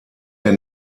der